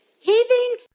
heaving